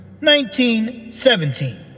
1917